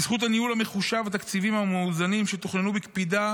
בזכות הניהול המחושב והתקציבים המאוזנים שתוכננו בקפידה